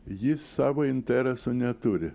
ji savo intereso neturi